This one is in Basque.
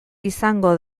izango